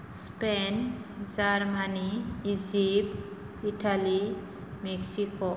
Spain Germany Egypt Italy Mexico